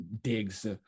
digs